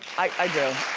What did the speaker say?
i do.